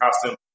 costume